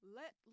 let